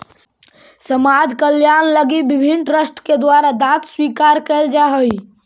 समाज कल्याण लगी विभिन्न ट्रस्ट के द्वारा दांत स्वीकार कैल जा हई